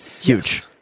huge